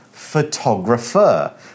photographer